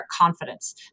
confidence